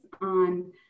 on